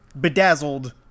bedazzled